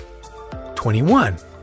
21